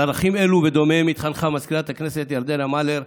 על ערכים אלו ודומיהם התחנכה מזכירת הכנסת ירדנה מלר,